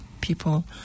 people